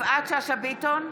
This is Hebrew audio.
יפעת שאשא ביטון,